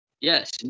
Yes